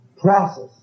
process